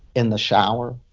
in the shower,